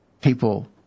people